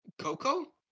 Coco